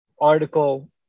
article